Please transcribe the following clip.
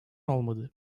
olmadı